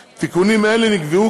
אלה,